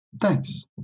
Thanks